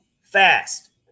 fast